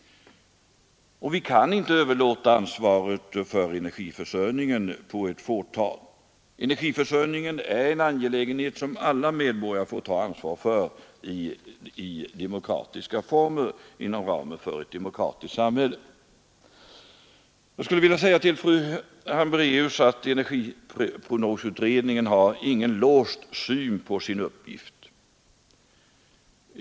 Vi kan inte överlåta ansvaret för energiförsörjningen på ett fåtal. Energiförsörjningen är en angelägenhet som alla medborgare får ta ansvaret för i demokratiska former inom ramen för ett demokratiskt samhälle. Jag skulle vilja säga till fru Hambraeus att energiprognosutredningen inte har någon låst syn på sin uppgift.